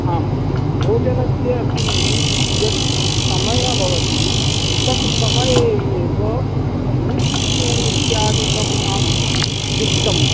आं भोजनस्य अपि यः समयः भवति तत् समये एव न्यूट्रिशियन् इत्यादिकम् आं युक्तं